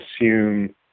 assume